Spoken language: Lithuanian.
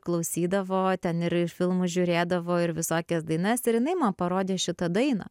klausydavo ten ir filmus žiūrėdavo ir visokias dainas ir jinai man parodė šitą dainą